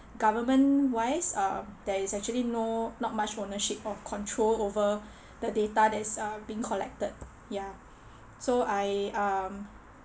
government wise uh that is actually no not much ownership of control over the data that's uh being collected ya so I um